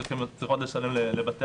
יש לו את כל המשאבים שהוא משלם עליהם,